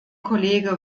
kollege